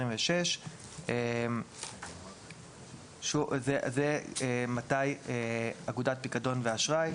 2026)". זה מתי אגודת פיקדון ואשראי,